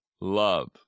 love